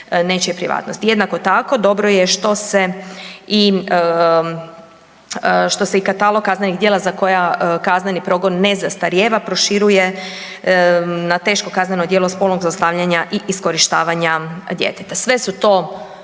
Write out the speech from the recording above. nečije privatnosti. Jednako tako, dobro je što se i katalog kaznenih djela za koja kazneni progon ne zastarijeva proširuje na teško kazneno djelo spolnog zlostavljanja i iskorištavanja djeteta. Sve su to